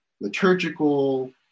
liturgical